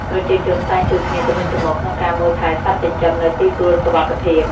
ប្រជាជនតែងជួយគ្នាទៅវិញទៅមកក្នុងការមើលថែសត្វចិញ្ចឹមនៅទីទួលសុវត្ថិភាព។